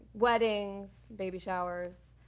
weddings, baby showers,